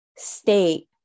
state